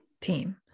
team